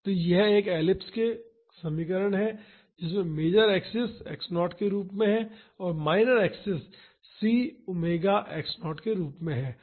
तो यह एक एलिप्स का समीकरण है जिसमें मेजर अक्ष x0 के रूप में और माइनर अक्ष c ओमेगा x0 के रूप में है